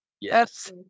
Yes